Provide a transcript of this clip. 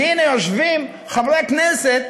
והנה יושבים חברי כנסת